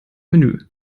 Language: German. menü